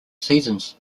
seasons